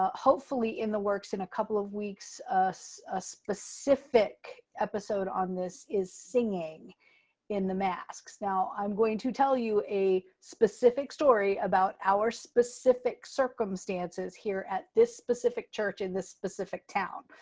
ah hopefully, in the works in a couple of weeks, a ah specific episode on this is singing in the masks. now, i'm going to tell you a specific story about our specific circumstances here at this specific church in this specific town.